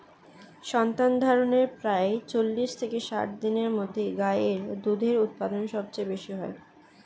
সন্তানধারণের প্রায় চল্লিশ থেকে ষাট দিনের মধ্যে গাই এর দুধের উৎপাদন সবচেয়ে বেশী হয়